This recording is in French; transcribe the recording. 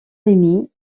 remy